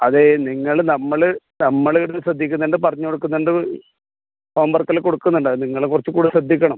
അതെ നിങ്ങൾ നമ്മൾ നമ്മൾ ഇവിടുന്ന് ശ്രദ്ധിക്കുന്നുണ്ട് പറഞ്ഞ് കൊടുക്കുന്നുണ്ട് ഹോം വർക്ക് എല്ലാം കൊടുക്കുന്നുണ്ട് അത് നിങ്ങൾ കുറച്ച് കൂടെ ശ്രദ്ധിക്കണം